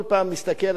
אדוני היושב-ראש,